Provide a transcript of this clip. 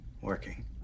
working